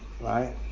right